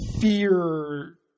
fear